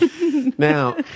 Now